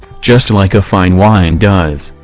just like a fine wine does.